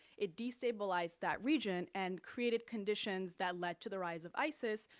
it destabilized that region and created conditions that led to the rise of isis,